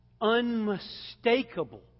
unmistakable